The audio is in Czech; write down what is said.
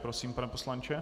Prosím, pane poslanče.